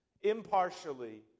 impartially